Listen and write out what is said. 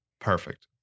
Perfect